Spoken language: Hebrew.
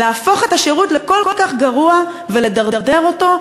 להפוך את השירות לכל כך גרוע ולדרדר אותו,